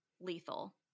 lethal